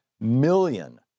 million